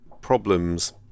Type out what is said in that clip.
problems